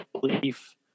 belief